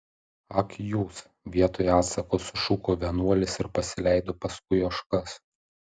ak jūs vietoj atsako sušuko vienuolis ir pasileido paskui ožkas